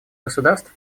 государств